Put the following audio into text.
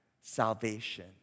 salvation